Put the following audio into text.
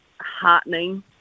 heartening